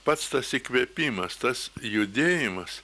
pats tas įkvėpimas tas judėjimas